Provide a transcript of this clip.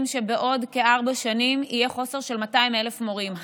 שבעוד כארבע שנים יהיה חוסר של 200,000 מורים.